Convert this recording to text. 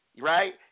Right